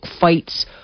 fights